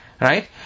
Right